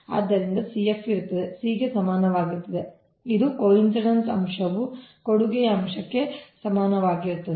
ಆದ್ದರಿಂದ CF ಇರುತ್ತದೆ c ಗೆ ಸಮಾನವಾಗಿರುತ್ತದೆ ಅದು ಕಾಕತಾಳೀಯ ಅಂಶವು ಕೊಡುಗೆ ಅಂಶಕ್ಕೆ ಸಮಾನವಾಗಿರುತ್ತದೆ